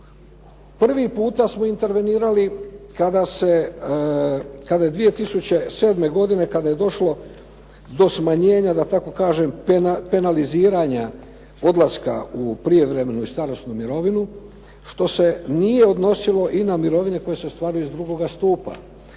Prvi puta smo intervenirali kada je 2007. godine, kada je došlo do smanjenja da tako kažem penaliziranja odlaska u prijevremenu i starosnu mirovinu, što se nije odnosilo i na mirovine koje se ostvaruju iz II. stupa,